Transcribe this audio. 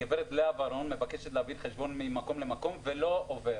גברת לאה ורון תבקש להעביר חשבון ממקום וזה לא עובר,